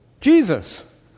Jesus